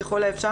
ככל האפשר,